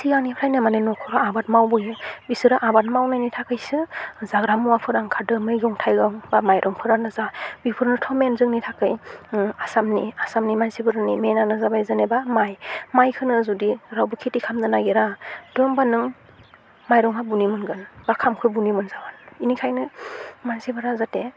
सिगांनिफ्रायनो माने नखरा आबाद मावबोयो बिसोरो आबाद मावनायनि थाखायसो जाग्रा मुवाफोरा ओंखारदो मैगं थाइगं बा माइरंफोरानो जा बिफोरनोथ' मेन जोंनि थाखाय आसामनि मानसिफोरनि मेनआनो जाबाय जेनेबा माइ माइखोनो जुदि रावबो खेथि खामनो नायगिरा थह होमबा नों माइरंहा बबेनि मोनगोन बा खामखौ बुनि मोनजागोन इनिखायनो मानसिफोरा जाहाथे